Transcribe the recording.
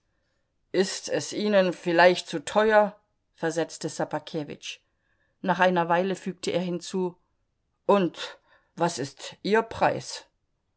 ist es ihnen vielleicht zu teuer versetzte ssobakewitsch nach einer weile fügte er hinzu und was ist ihr preis